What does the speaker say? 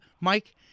Mike